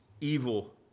evil